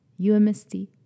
UMST